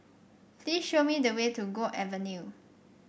please show me the way to Guok Avenue